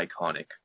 iconic